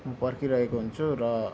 म पर्खिरहेको हुन्छु र